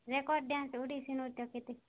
record dance Odissi ନୃତ୍ୟ ଓଡ଼ିଶୀ କେତେ